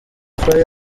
fire